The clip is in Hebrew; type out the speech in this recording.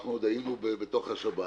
כשאנחנו עוד היינו בתוך השבת